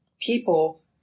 people